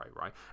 right